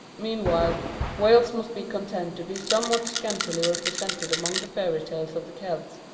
meanwhile wales must be content to be somewhat scantily represented among the fairy tales of the celts,